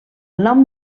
nom